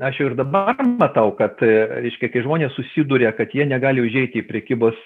aš jau ir dabar matau kad reiškia kai žmonės susiduria kad jie negali užeiti į prekybos